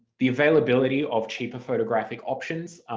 the availability of cheaper photographic options,